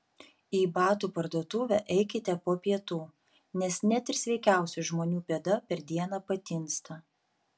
į batų parduotuvę eikite po pietų nes net ir sveikiausių žmonių pėda per dieną patinsta